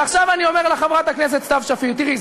עכשיו אני אומר לחברת הכנסת סתיו שפיר: תראי,